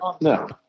no